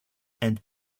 and